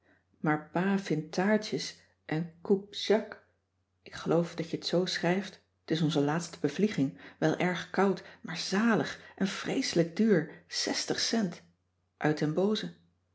maar pa vindt taartjes en coupes jacques ik geloof dat je het zoo schrijft t is onze laatste bevlieging wel erg koud maar zalig en vreeselijk duur zestig cent uit den booze